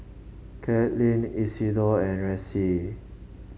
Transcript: Katlyn Isidor and Ressie